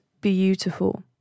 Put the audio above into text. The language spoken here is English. beautiful